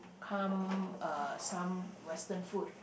come uh some western food